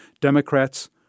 Democrats